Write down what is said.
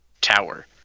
tower